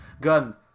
gun